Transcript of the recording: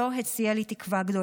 לא הציעה לי תקווה גדולה.